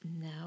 No